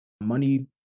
money